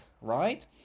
right